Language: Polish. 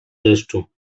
deszczu